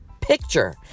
picture